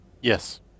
Yes